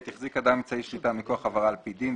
החזיק אדם אמצעי שליטה מכוח העברה על פי דין,